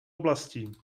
oblastí